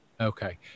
Okay